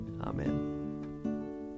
Amen